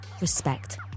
respect